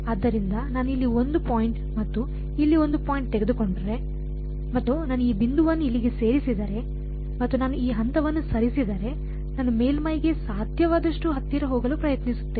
ಆದ್ದರಿಂದ ನಾನು ಇಲ್ಲಿ 1 ಪಾಯಿಂಟ್ ಮತ್ತು ಇಲ್ಲಿ 1 ಪಾಯಿಂಟ್ ತೆಗೆದುಕೊಂಡರೆ ಮತ್ತು ನಾನು ಈ ಬಿಂದುವನ್ನು ಇಲ್ಲಿಗೆ ಸರಿಸಿದರೆ ಮತ್ತು ನಾನು ಈ ಹಂತವನ್ನು ಸರಿಸಿದರೆ ನಾನು ಮೇಲ್ಮೈಗೆ ಸಾಧ್ಯವಾದಷ್ಟು ಹತ್ತಿರ ಹೋಗಲು ಪ್ರಯತ್ನಿಸುತ್ತೇನೆ